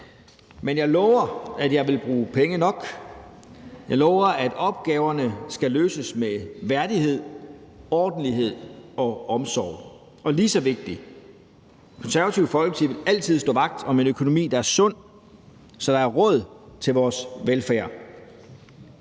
Men jeg lover, at jeg vil bruge penge nok. Jeg lover, at opgaverne skal løses med værdighed, ordentlighed og omsorg. Og lige så vigtigt: Det Konservative Folkeparti vil altid stå vagt om en økonomi, der er sund, så der er råd til vores velfærd.